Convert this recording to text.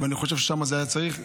ואני חושב ששם היה צריך.